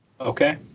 Okay